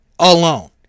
alone